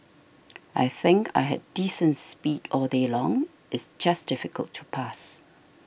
I think I had decent speed all day long it's just difficult to pass